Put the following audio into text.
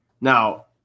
Now